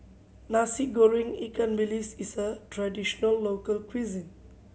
Nasi Goreng ikan bilis is a traditional local cuisine